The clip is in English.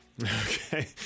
Okay